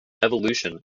evolution